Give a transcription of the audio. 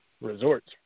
resorts